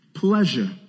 Pleasure